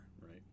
right